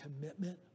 commitment